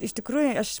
iš tikrųjų aš